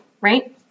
right